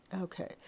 okay